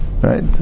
right